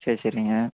சரி சரிங்க